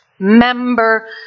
member